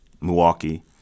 Milwaukee